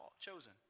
chosen